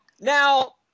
Now